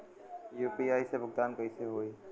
UPI से भुगतान कइसे होहीं?